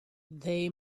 they